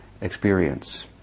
experience